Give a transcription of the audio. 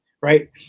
right